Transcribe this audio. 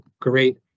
great